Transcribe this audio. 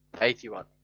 eighty-one